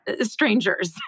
strangers